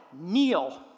Kneel